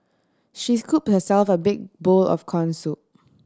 she scoop herself a big bowl of corn soup